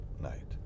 night